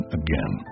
again